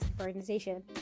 organization